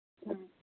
ꯎꯝ